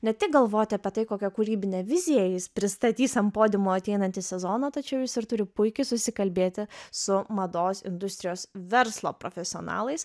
ne tik galvoti apie tai kokią kūrybinę viziją jis pristatys ant podiumo ateinantį sezoną tačiau jis ir turi puikiai susikalbėti su mados industrijos verslo profesionalais